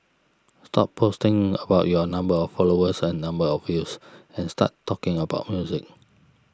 stop posting about your number of followers and number of views and start talking about music